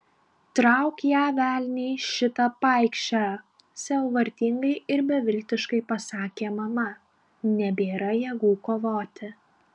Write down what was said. trauk ją velniai šitą paikšę sielvartingai ir beviltiškai pasakė mama nebėra jėgų kovoti